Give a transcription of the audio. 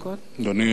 כך הרבה כסף,